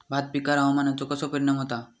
भात पिकांर हवामानाचो कसो परिणाम होता?